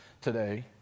today